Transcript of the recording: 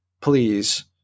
please